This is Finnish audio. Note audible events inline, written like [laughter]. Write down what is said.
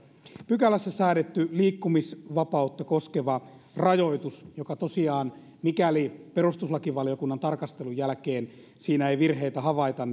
pykälässä säädetty liikkumisvapautta koskeva rajoitus joka tosiaan mikäli perustuslakivaliokunnan tarkastelun jälkeen siinä ei virheitä havaita [unintelligible]